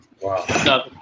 Wow